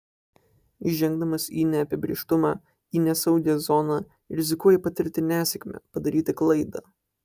žengdamas į neapibrėžtumą į nesaugią zoną rizikuoji patirti nesėkmę padaryti klaidą